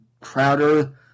Crowder